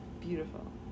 Beautiful